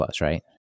right